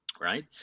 Right